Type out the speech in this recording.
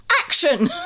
action